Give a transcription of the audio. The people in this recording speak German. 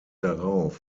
darauf